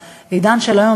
בעידן של היום,